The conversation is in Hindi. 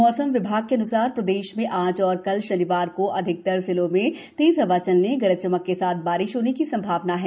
मौसम विभाग के अन्सार प्रदेश में आज और कल शनिवार को अधिकतर जिलों में तेज हवा चलने गरज चमक के साथ बारिश होने की संभावना है